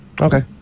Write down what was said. Okay